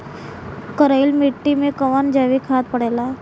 करइल मिट्टी में कवन जैविक खाद पड़ेला?